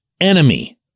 enemy